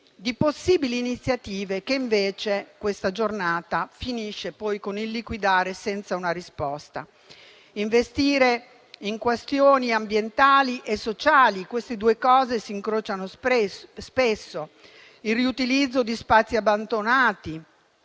di possibili iniziative che invece questa Giornata finisce poi con il liquidare senza una risposta, come investire in questioni ambientali e sociali (queste due cose si incrociano spesso); riutilizzare spazi abbandonati